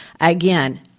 Again